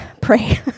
pray